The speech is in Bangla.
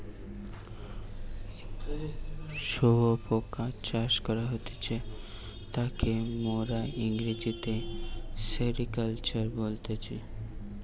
শুয়োপোকা চাষ করা হতিছে তাকে মোরা ইংরেজিতে সেরিকালচার বলতেছি